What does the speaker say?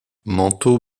manteau